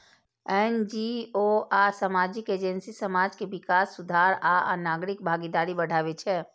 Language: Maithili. एन.जी.ओ आ सामाजिक एजेंसी समाज के विकास, सुधार आ नागरिक भागीदारी बढ़ाबै छै